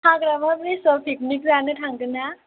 हाग्रामा ब्रिदजाव पिकनिक जानो थांगोन ना